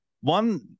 One